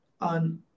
on